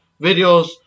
videos